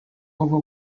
over